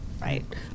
right